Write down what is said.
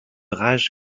raj